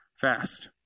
fast